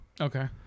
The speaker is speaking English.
Okay